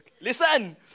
Listen